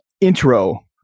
intro